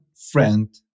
friend